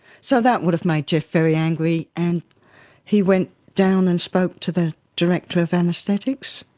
so that would have made geoff very angry, and he went down and spoke to the director of anaesthetics.